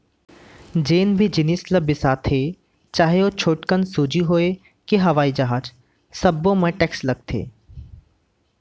जेन भी जिनिस ल बिसाथे चाहे ओ छोटकन सूजी होए के हवई जहाज सब्बो म टेक्स लागथे